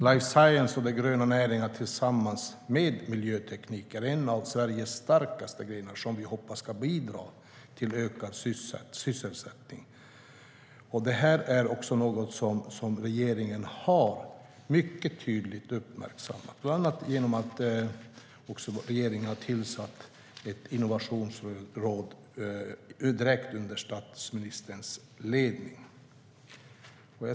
Life science och de gröna näringarna är tillsammans med miljöteknik en av Sveriges starkaste grenar och något vi hoppas ska bidra till ökad sysselsättning. Det har regeringen också mycket tydligt uppmärksammat, bland annat genom att tillsätta ett innovationsråd direkt under statsministerns ledning.